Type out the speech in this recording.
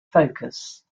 focus